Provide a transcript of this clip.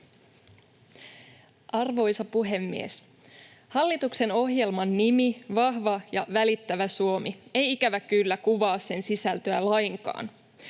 Arvoisa puhemies! Hallituksen ohjelman nimi Vahva ja välittävä Suomi ei, ikävä kyllä, kuvaa sen sisältöä lainkaan.